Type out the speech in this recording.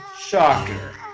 Shocker